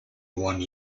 one